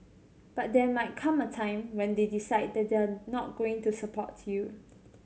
but there might come a time when they decide that they're not going support you